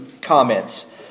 comments